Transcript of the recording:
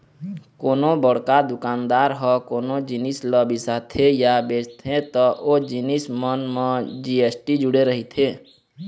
कोनो बड़का दुकानदार ह कोनो जिनिस ल बिसाथे या बेचथे त ओ जिनिस मन म जी.एस.टी जुड़े रहिथे